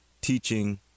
teaching